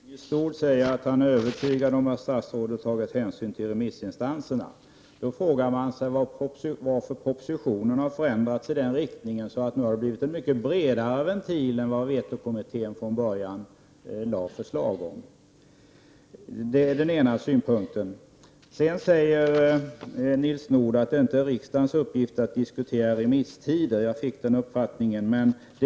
Fru talman! Låt mig kortfattat göra ett par kommentarer till de av Nils Nordh senast framförda synpunkterna. Nils Nordh säger att han är övertygad om att statsrådet har tagit hänsyn till remissinstansernas svar. Jag frågar mig då varför propositionen har ändrats i den riktningen att det har blivit en bredare ventil än vad vetokommittén från början framlade förslag om. Det är den ena synpunkten. Nils Nordh säger vidare att det inte är riksdagens uppgift att diskutera remisstider i skilda frågor.